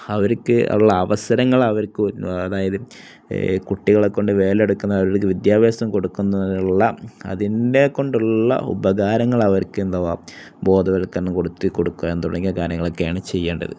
അവര്ക്കുള്ള അവസരങ്ങള് അവർക്ക് അതായത് കുട്ടികളെക്കൊണ്ട് വേലയെടുക്കുന്ന അവർക്ക് വിദ്യാഭ്യാസം കൊടുക്കുന്നതിനുള്ള അതുകൊണ്ടുള്ള ഉപകാരങ്ങൾ അവർക്ക് എന്താണ് ബോധവൽക്കരണം കൊടുക്കുക തുടങ്ങിയ കാര്യങ്ങളൊക്കെയാണ് ചെയ്യേണ്ടത്